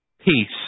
peace